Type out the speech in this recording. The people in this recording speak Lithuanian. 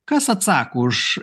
kas atsako už